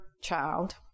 child